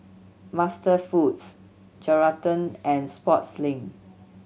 MasterFoods Geraldton and Sportslink